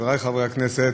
חברי חברי הכנסת,